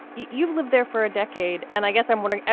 you've lived there for a decade and i guess i'm one. ah